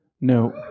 No